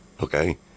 Okay